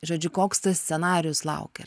žodžiu koks tas scenarijus laukia